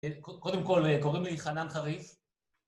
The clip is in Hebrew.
קודם כל קוראים לי חנן חריף